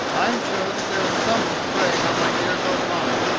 i am sure that there is something preying on my dear girl's mind.